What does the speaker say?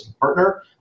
partner